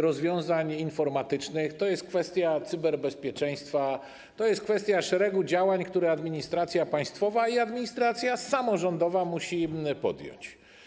rozwiązań informatycznych, to jest kwestia cyberbezpieczeństwa, to jest kwestia szeregu działań, które administracja państwowa i administracja samorządowa musi podjąć.